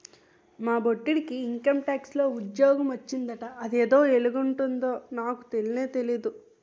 మా బొట్టిడికి ఇంకంటాక్స్ లో ఉజ్జోగ మొచ్చిందట అదేటో ఎలగుంటదో నాకు తెల్నే తెల్దు